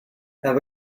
have